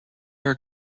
air